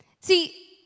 See